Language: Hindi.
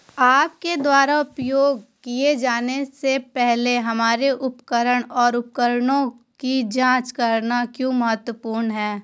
आपके द्वारा उपयोग किए जाने से पहले हमारे उपकरण और उपकरणों की जांच करना क्यों महत्वपूर्ण है?